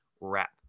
wrap